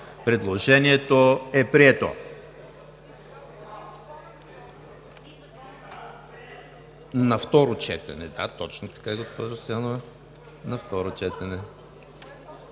Предложението е прието.